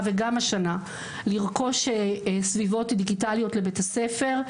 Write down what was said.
וגם השנה לרכוש סביבות דיגיטליות לבית הספר,